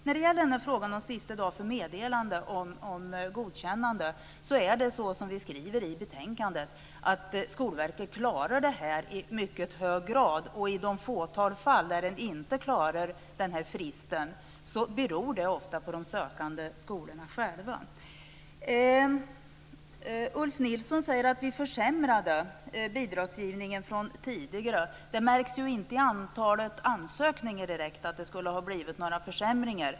När det gäller frågan om sista dag för meddelande av godkännande är det, som vi skriver i betänkandet, så att Skolverket klarar det här i mycket hög grad. I de få fall där man inte klarar den här fristen beror det ofta på de sökande skolorna själva. Ulf Nilsson säger att vi försämrade bidragsgivningen jämfört med tidigare. Det märks ju inte direkt i antalet ansökningar att det skulle ha blivit några försämringar.